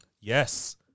yes